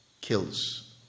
kills